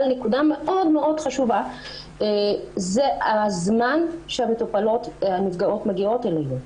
אבל נקודה מאוד מאוד חשובה היא הזמן שהנפגעות מגיעות אלינו.